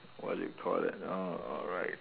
what do you call that uh alright